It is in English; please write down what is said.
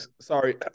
sorry